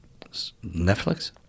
Netflix